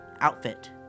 outfit